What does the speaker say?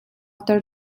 ter